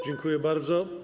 Dziękuję bardzo.